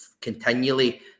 continually